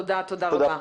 תודה רבה.